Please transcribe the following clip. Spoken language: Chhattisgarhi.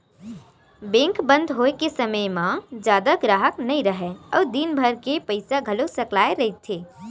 बेंक बंद होए के समे म जादा गराहक नइ राहय अउ दिनभर के पइसा घलो सकलाए रहिथे